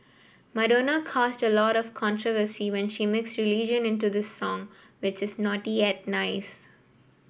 Madonna caused a lot of controversy when she mixed religion into this song which is naughty yet nice